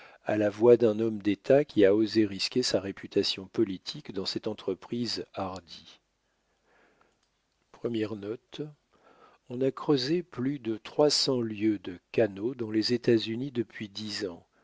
à la voix d'un homme d'état qui a osé risquer sa réputation politique dans cette entreprise hardie première note on a creusé plus de trois cents lieues de canaux dans les étatsunis depuis dix ans